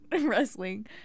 wrestling